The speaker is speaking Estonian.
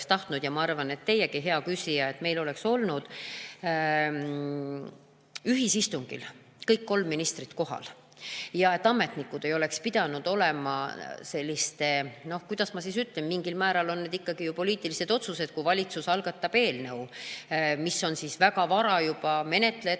tahtnud, ja ma arvan, et teiegi, hea küsija, oleksite tahtnud, et meil oleks olnud ühisistungil kõik kolm ministrit kohal ja et ametnikud ei oleks pidanud olema sellises [rollis]. Kuidas ma ütlen? Mingil määral on need ikkagi ju poliitilised otsused, kui valitsus algatab eelnõu, mis on väga vara juba menetletud,